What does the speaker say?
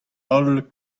holl